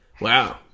Wow